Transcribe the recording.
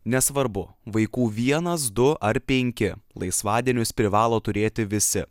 nesvarbu vaikų vienas du ar penki laisvadienius privalo turėti visi